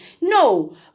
no